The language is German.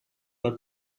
mal